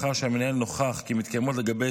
לאחר שהמנהל נוכח כי מתקיימות לגבי